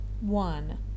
one